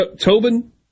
Tobin